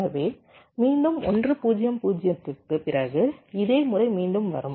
எனவே மீண்டும் 1 0 0 க்குப் பிறகு இதே முறை மீண்டும் வரும்